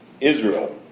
Israel